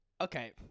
Okay